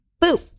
Boo